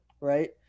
right